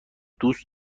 دوست